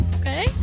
Okay